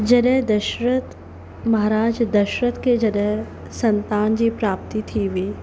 जॾहिं दशरथ महाराज दशरथ खे जॾहिं संतान जी प्राप्ती थी हुई